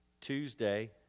Tuesday